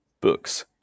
books